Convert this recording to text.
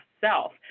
self